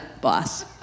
boss